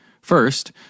First